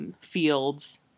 fields